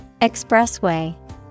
Expressway